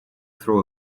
throw